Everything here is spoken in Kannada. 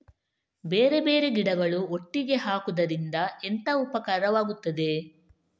ಬೇರೆ ಬೇರೆ ಗಿಡಗಳು ಒಟ್ಟಿಗೆ ಹಾಕುದರಿಂದ ಎಂತ ಉಪಕಾರವಾಗುತ್ತದೆ?